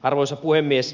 arvoisa puhemies